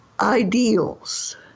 ideals